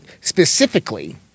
specifically